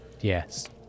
yes